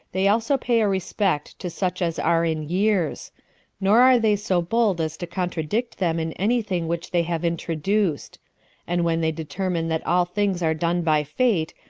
they also pay a respect to such as are in years nor are they so bold as to contradict them in any thing which they have introduced and when they determine that all things are done by fate,